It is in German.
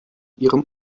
ihrem